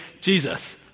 Jesus